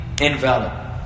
invalid